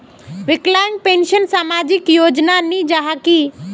विकलांग पेंशन सामाजिक योजना नी जाहा की?